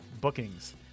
bookings